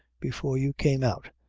before you came out,